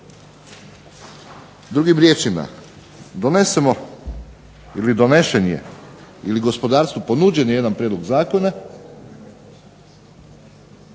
Drugim riječima donesemo ili donešen je, ili gospodarstvu ponuđen jedan prijedlog zakona,